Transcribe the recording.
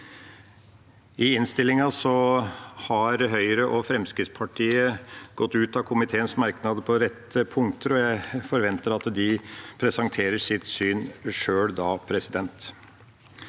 I innstillinga har Høyre og Fremskrittspartiet gått ut av komiteens merknader på en rekke punkter, og jeg forventer at de sjøl presenterer sitt syn. Klagebehandlingen